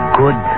good